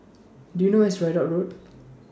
Do YOU know Where IS Ridout Road